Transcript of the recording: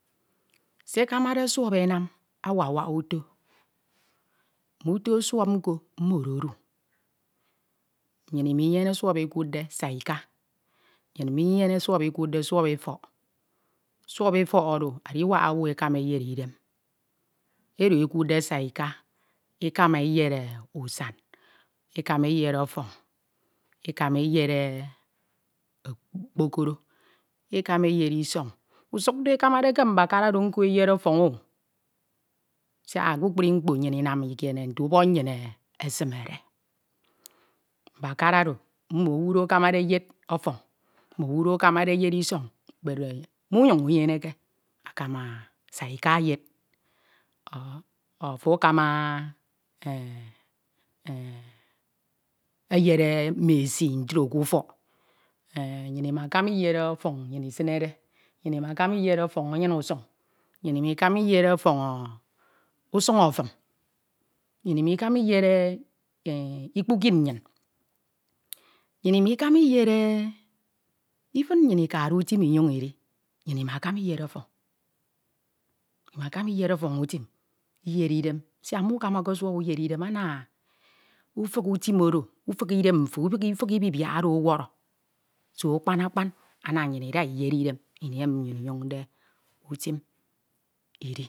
Se ekamade shọp enam awak wak uto, mme uto shọp nko mmodo odu, nnyin imenyene shọp akuudde saika, nnyin imemyene shọp ekuudde shọp efọk, shọp efọk oro adiwak owu ekema eyere idem, ero ekuudde saika ekama eyed usan, ekama eyed ofọñ, ekama eyede okpokoro, ekama eyed isọñ, usuk do ekamade shõp mbakara oro eyed ọfọñọ, siak kpukpru mkpo nnyin inam ikiene nte ubọk nnyin akade, mbakara oro mme owu do ekamade eyed ọfọñ, mme owu do ekamade eyed isọñ mmunyun unyeneke akama saika eyed, o ọfọ akama e e eyed mme esi ntro kūfọk, e e nnyin inakama iyed ofoñ nnyin isinede, nnyin imakama iyed ọfọn anyin usuñ, nnyin imakama iyed ofọn usuñ efum, nnyin imakama iyed ikpukid, nnyin imakama iyede ifin nnyin ikade utim inyoñ idi, nnyin imakama iyed ọfọñ utim, iyed idem, siak mukamake shọp uyed idem, ana ufik utim oro, ufik idem unfo, ufik ibibiak oro oworo, so akpan akpan ana nnyin ida e iyed idem ini emi nnyin inyonde utim idi.